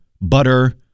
butter